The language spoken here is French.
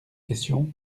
questions